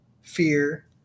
fear